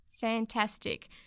Fantastic